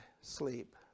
sleep